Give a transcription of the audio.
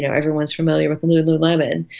know, everyone is familiar with lululemon.